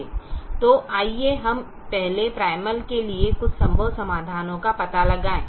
तो आइए हम पहले प्राइमल के लिए कुछ संभव समाधानों का पता लगाएं